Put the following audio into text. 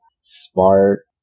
smart